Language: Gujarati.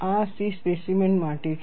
આ C સ્પેસીમેન માટે છે